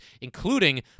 including